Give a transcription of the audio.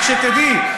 רק שתדעי,